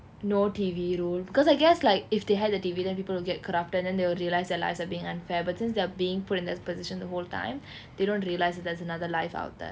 no T_V rule because I guess like if they had the T_V then people will get corrupted then they will realise their lives are being unfair but since they are being put in this position the whole time they don't realize that there's another life out there